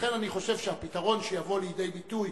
ולכן אני חושב שהפתרון שיבוא לידי ביטוי